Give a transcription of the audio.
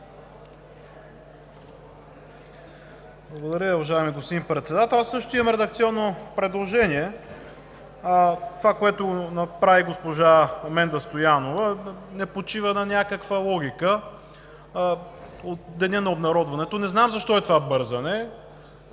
Благодаря Ви, уважаеми господин Председател. Аз също имам редакционно предложение. Това, което направи госпожа Менда Стоянова, не почива на някаква логика. „От деня на обнародването“ – не знам защо е това бързане